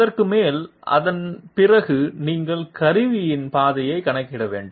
அதற்கு மேல் அதன் பிறகு நீங்கள் கருவியின் பாதையை கணக்கிட வேண்டும்